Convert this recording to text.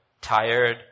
Tired